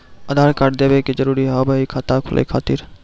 आधार कार्ड देवे के जरूरी हाव हई खाता खुलाए खातिर?